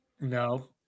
no